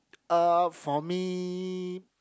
uh for me